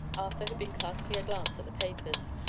arthur had been casting a glance at the papers.